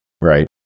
Right